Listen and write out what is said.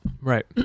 Right